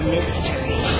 Mystery